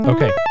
Okay